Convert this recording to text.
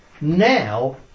now